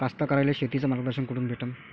कास्तकाराइले शेतीचं मार्गदर्शन कुठून भेटन?